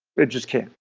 it just can't.